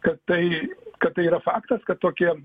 kad tai kad tai yra faktas kad tokie